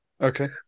okay